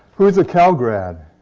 who is a cal grad?